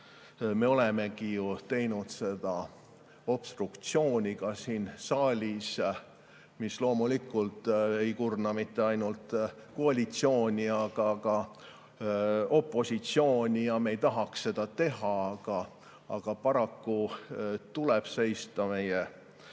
me olemegi ju teinud seda obstruktsiooni siin saalis, mis loomulikult ei kurna mitte ainult koalitsiooni, vaid kurnab ka opositsiooni. Me ei tahaks seda teha, aga paraku tuleb seista meie